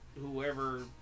whoever